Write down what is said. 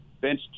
bench